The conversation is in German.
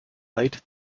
eid